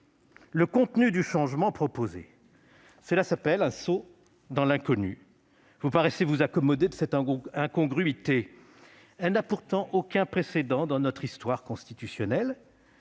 le contenu du changement proposé. Cela s'appelle un saut dans l'inconnu. Vous paraissez vous accommoder de cette incongruité. Elle n'a pourtant aucun précédent dans notre histoire constitutionnelle.